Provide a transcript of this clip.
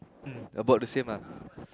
mm about the same ah